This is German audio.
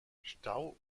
stau